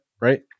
right